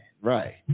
Right